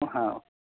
હા